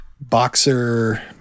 Boxer